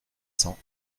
cents